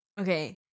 Okay